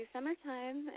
Summertime